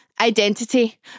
identity